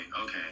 okay